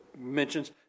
mentions